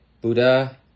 Buddha